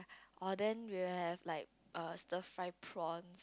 orh then you have like err stir fry prawn